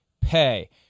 pay